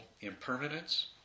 impermanence